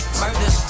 murder